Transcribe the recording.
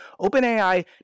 OpenAI